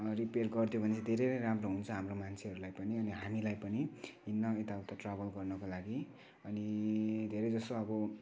repair गरिदियो भने धेरै नै राम्रो हुन्छ हाम्रो मान्छेहरूलाई पनि अनि हामीलाई पनि हिँड्न यताउता ट्राभल गर्नको लागि अनि धेरैजसो अब